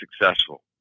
successful